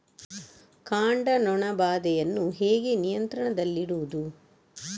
ಕಾಂಡ ನೊಣ ಬಾಧೆಯನ್ನು ಹೇಗೆ ನಿಯಂತ್ರಣದಲ್ಲಿಡುವುದು?